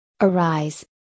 arise